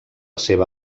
seva